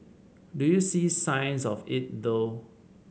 do you see signs of it though